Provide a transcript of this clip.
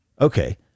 Okay